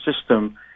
system